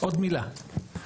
עוד מילה,